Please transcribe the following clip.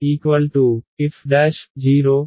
మనం f'f'